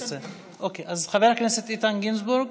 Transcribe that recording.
אז חבר הכנסת איתן גינזבורג,